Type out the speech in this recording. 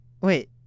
Wait